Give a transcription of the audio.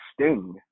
sting